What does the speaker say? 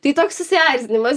tai toks susierzinimas